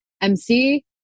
MC